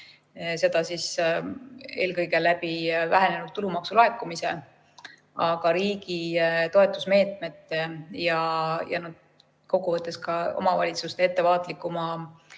Seda eelkõige vähenenud tulumaksulaekumise tõttu. Aga riigi toetusmeetmete ja kokkuvõttes ka omavalitsuste ettevaatlikuma